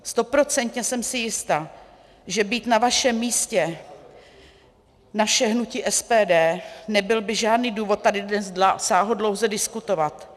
Stoprocentně jsem si jistá, že být na vašem místě naše hnutí SPD, nebyl by žádný důvod tady dnes sáhodlouze diskutovat.